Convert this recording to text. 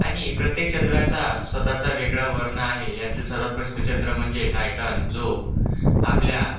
आणि प्रत्येक चंद्राचा स्वतःचा वेगळा वर्ण आहे यातील सर्वात प्रसिद्ध चंद्र म्हणजे टायटन जो आपल्या